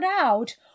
out